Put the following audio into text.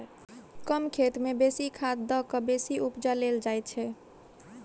कम खेत मे बेसी खाद द क बेसी उपजा लेल जाइत छै